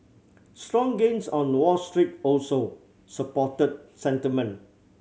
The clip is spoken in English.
strong gains on Wall Street also supported sentiment